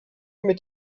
mit